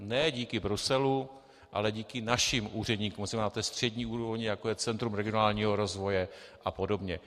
Ne díky Bruselu, ale díky našim úředníkům, to znamená té střední úrovně, jako je Centrum regionálního rozvoje a podobně.